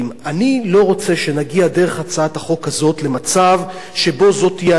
אני לא רוצה שנגיע דרך הצעת החוק הזאת למצב שזאת תהיה הנורמה,